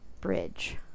bridge